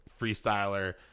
freestyler